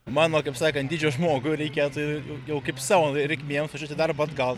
mano kaip sakant dydžio žmogui reikėtų jau kaip savo reikmėm važiuoti į darbą atgal